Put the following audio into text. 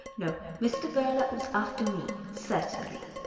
na mr. werle was after me, certainly.